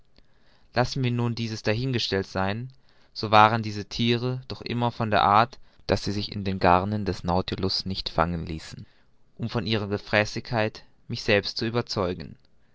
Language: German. lassen wir nun dieses dahin gestellt sein so waren diese thiere doch immer von der art daß sie sich in den garnen des nautilus nicht fangen ließen um von ihrer gefräßigkeit mich selbst zu überzeugen